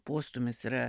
postūmis yra